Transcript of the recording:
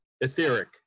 etheric